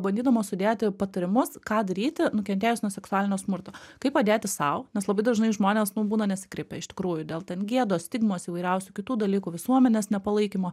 bandydamos sudėti patarimus ką daryti nukentėjus nuo seksualinio smurto kaip padėti sau nes labai dažnai žmonės nu būna nesikreipia iš tikrųjų dėl gėdos stigmos įvairiausių kitų dalykų visuomenės nepalaikymo